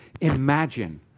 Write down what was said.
imagine